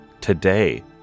today